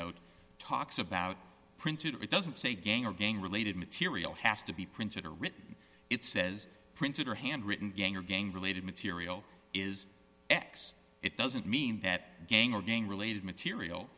note talks about printed it doesn't say gang or gang related material has to be printed or written it says printed or handwritten gang or gang related material is x it doesn't mean that gang or gang related material